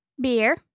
Beer